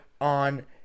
on